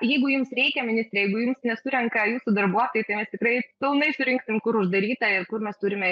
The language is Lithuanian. jeigu jums reikia ministre jums nesurenka jūsų darbuotojai tai mes tikrai pilnai surinksim kur uždaryta ir kur mes turime